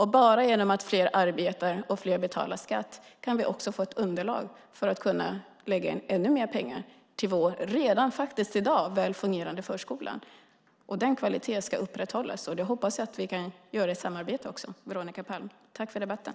Bara genom att fler arbetar och betalar skatt kan vi få ett underlag för att lägga in ännu mer pengar till vår redan i dag väl fungerande förskola. Den kvaliteten ska upprätthållas, och det hoppas jag att vi kan göra i samarbete, Veronica Palm. Tack för debatten!